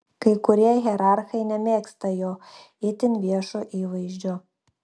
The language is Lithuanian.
kai kurie hierarchai nemėgsta jo itin viešo įvaizdžio